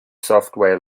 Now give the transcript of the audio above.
software